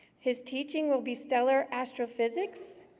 his teaching will be stellar astrophysics.